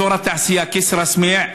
אזור התעשייה כסרא-סמיע,